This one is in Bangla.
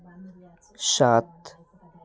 সাত